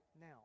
now